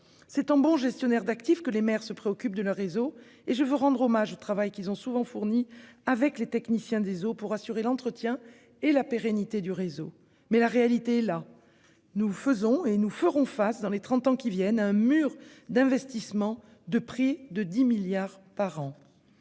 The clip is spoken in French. C'est bien selon ce modèle que les maires se préoccupent de leurs réseaux et je veux rendre hommage au travail qu'ils ont souvent fourni, avec les techniciens des eaux, pour assurer l'entretien et la pérennité du réseau. Pour autant, la réalité est là : nous faisons et nous ferons face, dans les trente ans qui viennent, à un mur d'investissements de près de 10 milliards d'euros